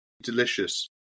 delicious